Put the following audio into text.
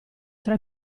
tra